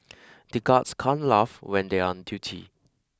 the guards can't laugh when they are on duty